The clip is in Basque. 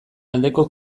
aldeko